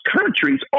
countries